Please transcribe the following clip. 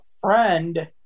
friend